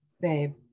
babe